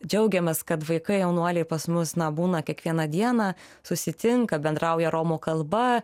džiaugiamės kad vaikai jaunuoliai pas mus na būna kiekvieną dieną susitinka bendrauja romų kalba